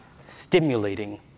stimulating